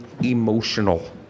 emotional